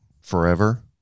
forever